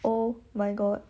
oh my god